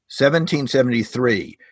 1773